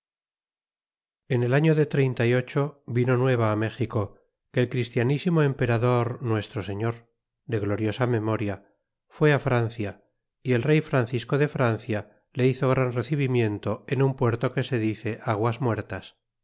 se topase el dicho estrecho seria la navegacion tro señor de gloriosa memoria fué á francia y el rey francisco de francia le hizo gran recibimiento en un puerto que se dice aguas muertas